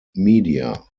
media